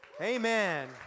Amen